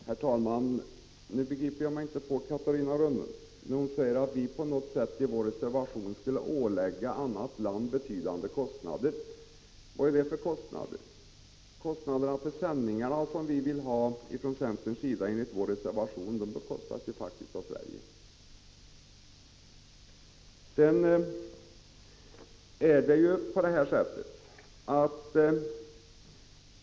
Herr talman! Jag begriper mig inte på Catarina Rönnung, när hon säger att vi i vår reservation på något sätt skulle ålägga annat land betydande kostnader. Vad är det för kostnader? Kostnaderna för de sändningar som vi vill ha från centerns sida, enligt vad som framgår av vår reservation, bestrids faktiskt av Sverige.